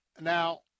Now